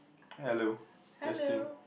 hello testing